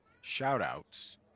shout-outs